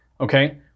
okay